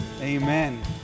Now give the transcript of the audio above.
Amen